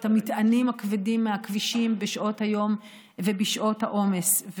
את המטענים הכבדים בשעות היום ובשעות העומס,